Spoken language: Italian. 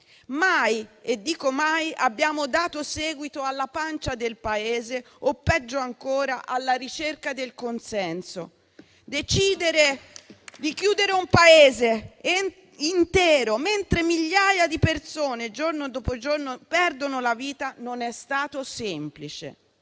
Mai - e dico mai - abbiamo dato seguito alla pancia del Paese o, peggio ancora, alla ricerca del consenso. Decidere di chiudere un Paese intero, mentre migliaia di persone, giorno dopo giorno, perdevano la vita, non è stato semplice